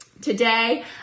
Today